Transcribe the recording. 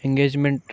engagement